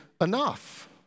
enough